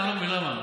אני לא מבין למה.